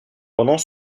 pendant